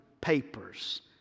papers